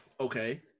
okay